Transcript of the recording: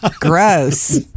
gross